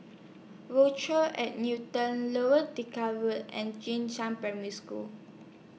Rochelle At Newton Lower Delta Wood and Jing Shan Primary School